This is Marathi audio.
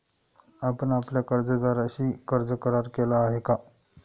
आपण आपल्या कर्जदाराशी कर्ज करार केला आहे का?